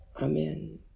Amen